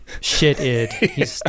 shit-id